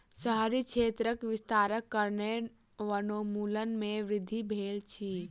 शहरी क्षेत्रक विस्तारक कारणेँ वनोन्मूलन में वृद्धि भेल अछि